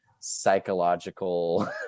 psychological